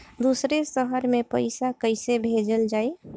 दूसरे शहर में पइसा कईसे भेजल जयी?